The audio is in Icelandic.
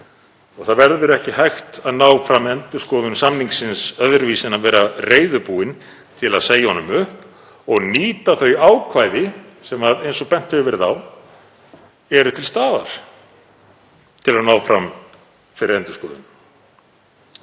Ekki verður hægt að ná fram endurskoðun samningsins öðruvísi en að vera reiðubúin til að segja honum upp og nýta þau ákvæði sem, eins og bent hefur verið á, eru til staðar til að ná fram þeirri endurskoðun.